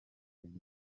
ibyo